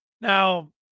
Now